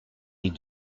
les